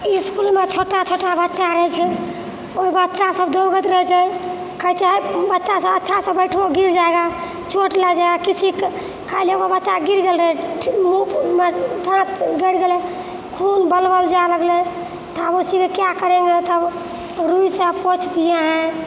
इस्कुलमे छोटा छोटा बच्चा रहै छै ओ बच्चासभ दोड़ैत रहै छै कहै छै बच्चासभ अच्छासँ बैठो गिर जायेगा चोट लागि जाएगा किसीके काल्हि एगो बच्चा गिर गेल रहय मुँहमे दाँत गड़ि गेलै खून बलबल जाय लगलै तब उसमे क्या करेंगे तब रूइसँ पोछि दिये हैं